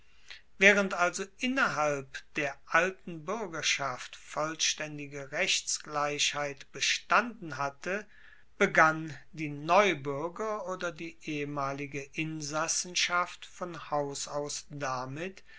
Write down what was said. waehrend also innerhalb der alten buergerschaft vollstaendige rechtsgleichheit bestanden hatte begann die neubuerger oder die ehemalige insassenschaft von haus aus damit